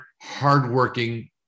hardworking